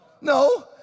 no